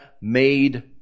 made